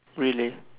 really